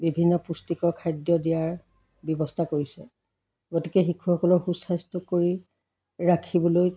বিভিন্ন পুষ্টিকৰ খাদ্য দিয়াৰ ব্যৱস্থা কৰিছে গতিকে শিশুসকলক সুস্বাস্থ্য কৰি ৰাখিবলৈ